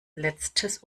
letztes